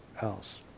else